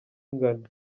ingana